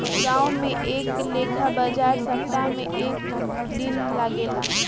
गांवो में ऐ लेखा बाजार सप्ताह में एक दू दिन लागेला